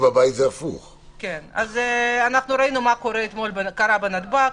אנחנו ראינו מה קרה אתמול בנתב"ג.